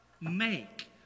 make